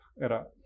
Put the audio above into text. era